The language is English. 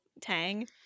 tang